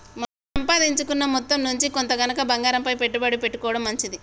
మన సంపాదించుకున్న మొత్తం నుంచి కొంత గనక బంగారంపైన పెట్టుబడి పెట్టుకోడం మంచిది